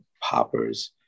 poppers